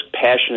passionate